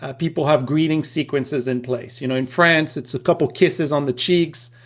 ah people have greeting sequences in place. you know in france, it's a couple of kisses on the cheeks,